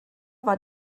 war